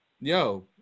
Yo